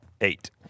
eight